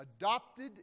adopted